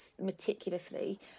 meticulously